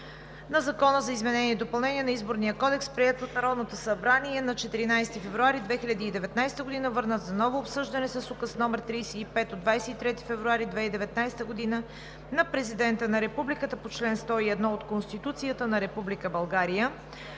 на Закона за изменение и допълнение на Изборния кодекс, приет от Народното събрание на 14 февруари 2019 г., върнат за ново обсъждане с Указ № 35 от 23 февруари 2019 г. на Президента на Републиката по чл. 101 от Конституцията на Република България.